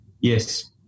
Yes